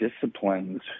disciplines